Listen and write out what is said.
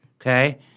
Okay